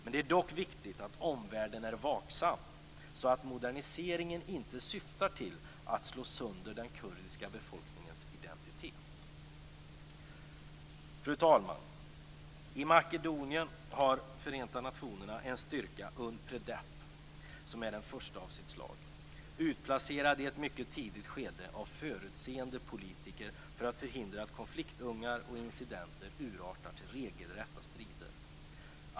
Men det är dock viktigt att omvärlden är vaksam så att moderniseringen inte syftar till att slå sönder den kurdiska befolkningens identitet. Fru talman! I Makedonien har Förenta nationerna en styrka, Unpredep, som är den första i sitt slag. Den utplacerades i ett mycket tidigt skede av förutseende politiker för att förhindra att konfliktungar och incidenter urartar till regelrätta strider.